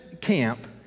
camp